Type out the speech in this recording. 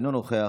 אינו נוכח,